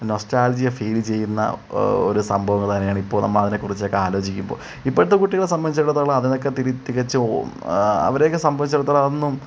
nostalgia feel ചെയ്യുന്ന ഒരു സംഭവങ്ങളന്നെയാണ് ഇപ്പോൾ നമ്മൾ അതിനേക്കുറിച്ചക്കെ ആലോചിക്കുമ്പോൾ ഇപ്പോഴത്തെ കുട്ടികളെ സംബന്ധിച്ചെടുത്തോളം അതിനൊക്കെ തിരി തികച്ചും ഒ അവരെക്കെ സംബന്ധിച്ചെടത്തോളം